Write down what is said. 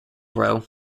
row